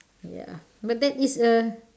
ya but that is a